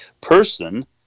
person